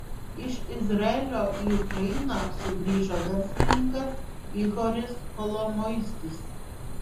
iš izraelio į ukrainą sugrįžo verslininkas ihoris kolomoiskis